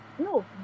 No